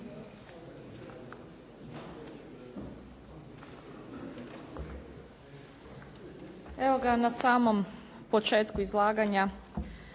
Evo ga na samom početku izlaganja